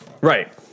right